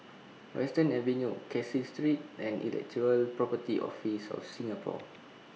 Western Avenue Caseen Street and Intellectual Property Office of Singapore